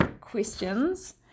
questions